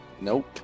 Nope